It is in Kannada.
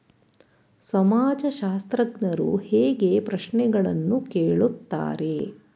ಸಮಾಜಶಾಸ್ತ್ರಜ್ಞರು ಹೇಗೆ ಪ್ರಶ್ನೆಗಳನ್ನು ಕೇಳುತ್ತಾರೆ?